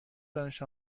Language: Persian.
دانش